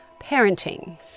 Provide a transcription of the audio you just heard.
parenting